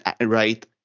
right